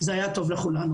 זה היה טוב לכולנו.